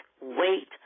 wait